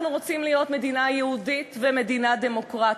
אנחנו רוצים להיות מדינה יהודית ומדינה דמוקרטית,